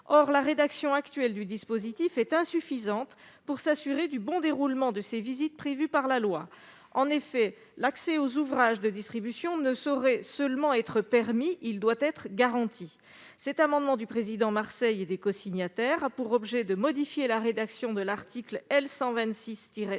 Or la rédaction actuelle du dispositif est insuffisante pour s'assurer du bon déroulement de ces visites prévues par la loi. En effet, l'accès aux ouvrages de distribution ne saurait être seulement permis : il doit être garanti. Cet amendement déposé par Hervé Marseille a pour objet de modifier la rédaction de l'article L. 126-15